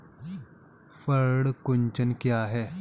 पर्ण कुंचन क्या है?